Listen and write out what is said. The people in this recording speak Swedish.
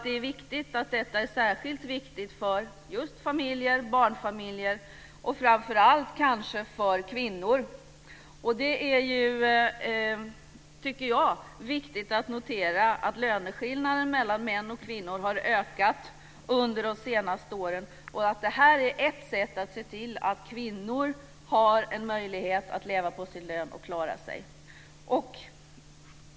Det är sant att detta är särskilt viktigt för just barnfamiljer och framför allt kanske för kvinnor. Det är viktigt, tycker jag, att notera att löneskillnaden mellan män och kvinnor har ökat under de senaste åren och att det här är ett sätt att se till att kvinnor har en möjlighet att leva på sin lön och klara sig.